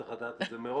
צריך לדעת את זה מראש.